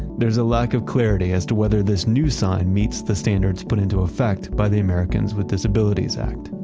there's a lack of clarity as to whether this new sign meets the standards put into effect by the americans with disabilities act.